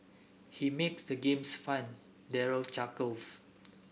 he makes the games fun Daryl chuckles